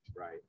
right